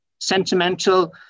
Sentimental